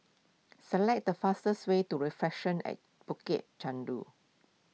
select the fastest way to Reflections at Bukit Chandu